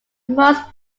most